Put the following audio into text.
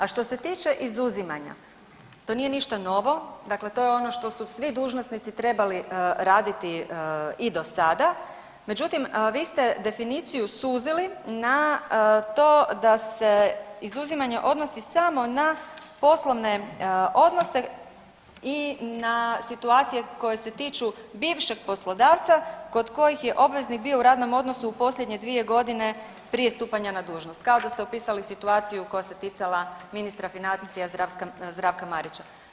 A što se tiče izuzimanja, to nije ništa novo, dakle to je ono što su svi dužnosnici trebali raditi i do sada, međutim vi ste definiciju suzili na to da se izuzimanje odnosi samo na poslovne odnose i na situacije koje se tiču bivšeg poslodavca kod kojih je obveznik bio u radnom odnosu u posljednje dvije godine prije stupanja na dužnost, kao da ste opisali situaciju koja se ticala ministra financija Zdravka Marića.